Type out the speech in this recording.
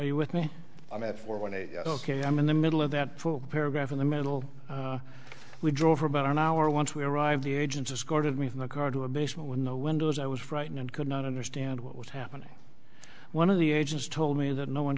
you with me i'm at for one a ok i'm in the middle of that paragraph in the middle we drove for about an hour once we arrived the agents escorted me from the car to a basement with no windows i was frightened and could not understand what was happening one of the agents told me that no one